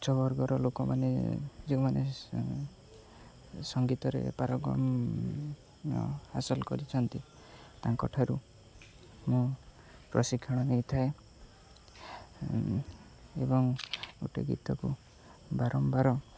ଉଚଛବର୍ଗର ଲୋକମାନେ ଯେଉଁମାନେ ସଙ୍ଗୀତରେପାର ହାସଲ କରିଛନ୍ତି ତାଙ୍କଠାରୁ ମୁଁ ପ୍ରଶିକ୍ଷଣ ନେଇଥାଏ ଏବଂ ଗୋଟେ ଗୀତକୁ ବାରମ୍ବାର